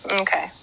Okay